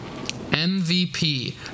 MVP